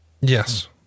Yes